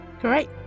Great